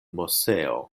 moseo